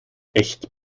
echt